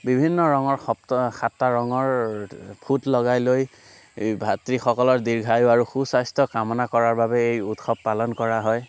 বিভিন্ন ৰঙৰ সপ্ত সাতটা ৰঙৰ ফোঁত লগাই লৈ ভাতৃসকলৰ দীৰ্ঘায়ু আৰু সুস্বাস্থ্য কামনা কৰাৰ বাবে এই উৎসৱ পালন কৰা হয়